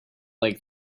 like